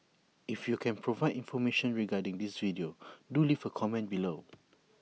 if you can provide information regarding this video do leave A comment below